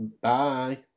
Bye